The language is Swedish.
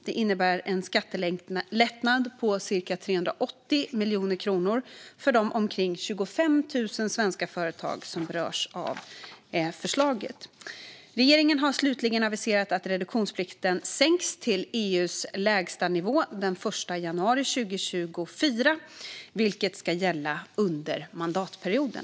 Det innebär en skattelättnad på cirka 380 miljoner kronor för de omkring 25 000 svenska företag som berörs av förslaget. Regeringen har slutligen aviserat att reduktionsplikten sänks till EU:s lägstanivå den 1 januari 2024, vilket ska gälla under mandatperioden.